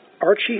Archie